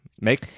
make